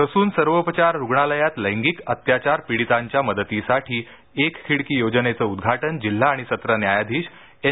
Sassoon सर्वोपचार रुग्णालयात लैंगिक अत्याचार पीडितांच्या मदतीसाठी एक खिडकी योजनेचं उदघाटन जिल्हा आणि सत्र न्यायाधीश एन